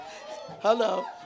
Hello